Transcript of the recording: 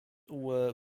were